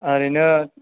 ओरैनो